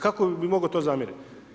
Kako bi mogao to zamjerit.